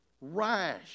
rash